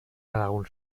قبول